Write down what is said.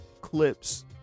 clips